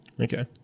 Okay